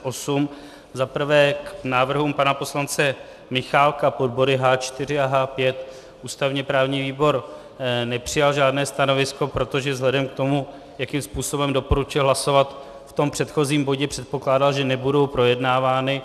Za prvé, k návrhům pana poslance Michálka pod body H4 a H5 ústavněprávní výbor nepřijal žádné stanovisko, protože vzhledem k tomu, jakým způsobem doporučil hlasovat v tom předchozím bodě, předpokládám, že nebudou projednávány.